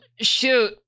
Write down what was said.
shoot